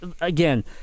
again